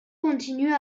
continue